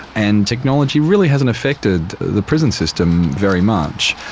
and technology really hasn't affected the prison system very much.